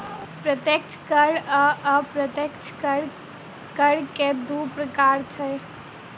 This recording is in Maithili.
प्रत्यक्ष कर आ अप्रत्यक्ष कर, कर के दू प्रकार छै